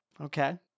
Okay